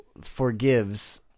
forgives